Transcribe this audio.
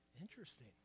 Interesting